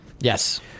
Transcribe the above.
Yes